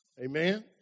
Amen